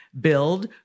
Build